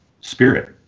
Spirit